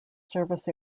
service